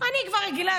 אני כבר רגילה,